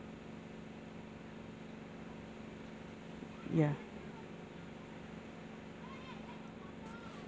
ya